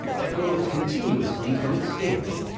that grows continuously from its skin.